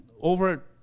over